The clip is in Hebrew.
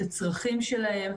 את הצרכים שלהם,